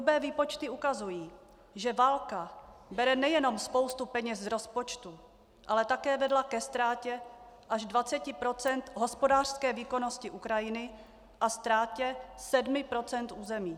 Hrubé výpočty ukazují, že válka bere nejenom spoustu peněz z rozpočtu, ale také vedla ke ztrátě až 20 % hospodářské výkonnosti Ukrajiny a ztrátě sedmi procent území.